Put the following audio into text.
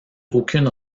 aucune